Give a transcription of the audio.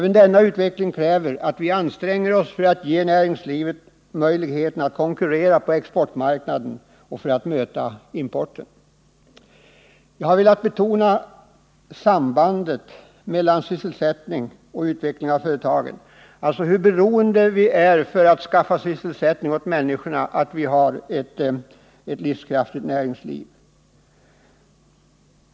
En sådan utveckling kräver att vi anstränger oss för att ge näringslivet möjligheter att konkurrera på exportmarknaden och att möta även importen. Jag har alltså här velat betona hur beroende vi ur sysselsättningssynpunkt är av ett livskraftigt näringsliv.